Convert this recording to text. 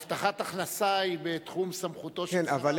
הבטחת הכנסה היא בתחום סמכותו של שר הרווחה.